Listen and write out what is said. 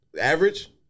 average